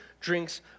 drinks